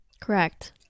Correct